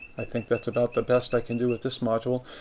i think that's about the best i can do with this module.